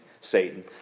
Satan